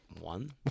one